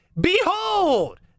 behold